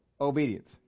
obedience